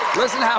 listen yeah